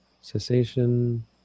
cessation